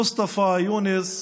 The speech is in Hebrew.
מוסטפא יונס,